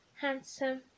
handsome